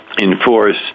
enforce